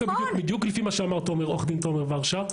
בדיוק לפי מה שאמר עו"ד תומר ורשה,